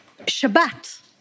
Shabbat